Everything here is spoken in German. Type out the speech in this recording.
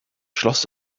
schloss